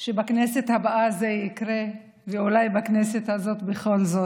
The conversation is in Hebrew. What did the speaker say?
שבכנסת הבאה זה יקרה, ואולי בכנסת הזאת בכל זאת.